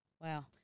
Wow